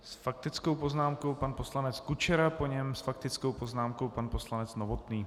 S faktickou poznámkou pan poslanec Kučera, po něm s faktickou poznámkou pan poslanec Novotný.